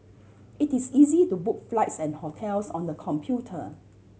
it is easy to book flights and hotels on the computer